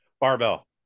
barbell